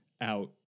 out